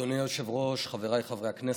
אדוני היושב-ראש, חבריי חברי הכנסת,